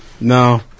No